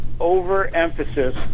overemphasis